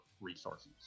resources